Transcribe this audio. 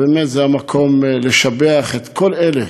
ובאמת זה המקום לשבח את כל אלה,